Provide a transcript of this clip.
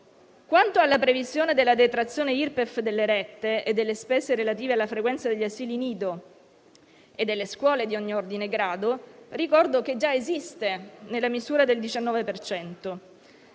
Quanto alla previsione della detrazione Irpef delle rette e delle spese relative alla frequenza degli asili nido e delle scuole di ogni ordine e grado, ricordo che già esiste nella misura del 19